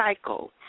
cycle